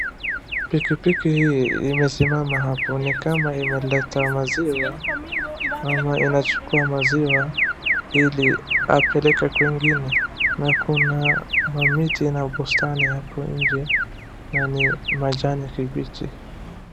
Pikipiki hii imesimama hapo nikama imeleta maziwa ama inachukua maziwa ili apeleke kwingine, na kuna miti na bustani hapo nje na ni ya kijani kibichi.